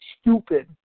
stupid